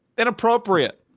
inappropriate